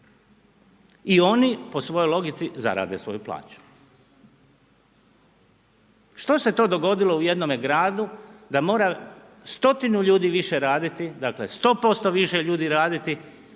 i oni po svoj logici zarade svoju plaću. Što se to dogodilo u jednome gradu da mora stotinu ljudi više raditi, dakle 100% više ljudi raditi